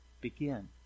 Begin